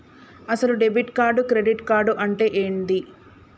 అసలు debit card credit card అంటే ఏంది?